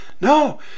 No